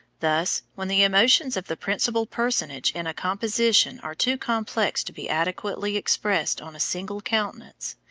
thus, when the emotions of the principal personage in a composition are too complex to be adequately expressed on a single countenance,